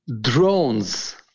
drones